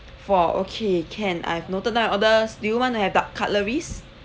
four okay can I've noted down your orders do you want to have da~ cutleries